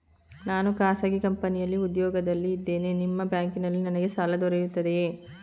ನಾನು ಖಾಸಗಿ ಕಂಪನಿಯಲ್ಲಿ ಉದ್ಯೋಗದಲ್ಲಿ ಇದ್ದೇನೆ ನಿಮ್ಮ ಬ್ಯಾಂಕಿನಲ್ಲಿ ನನಗೆ ಸಾಲ ದೊರೆಯುತ್ತದೆಯೇ?